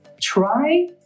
try